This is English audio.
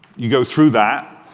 you go through that.